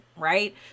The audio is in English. right